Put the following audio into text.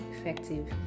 effective